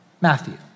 Matthew